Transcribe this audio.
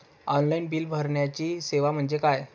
Online bill भरण्याची सेवा म्हणजे काय?